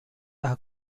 are